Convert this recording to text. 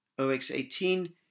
OX18